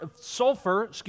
sulfur